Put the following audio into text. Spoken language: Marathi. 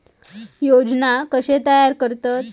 योजना कशे तयार करतात?